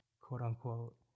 quote-unquote